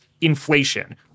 inflation